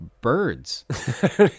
birds